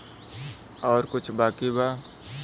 और कुछ बाकी बा?